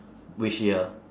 which year